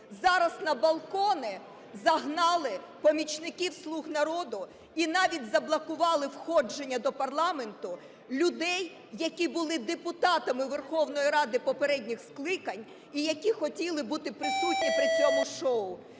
Зараз на балкони загнали помічників "Слуг народу", і навіть заблокували входження до парламенту людей, які були депутатами Верховної Ради попередніх скликань, і, які хотіли бути присутні при цьому шоу.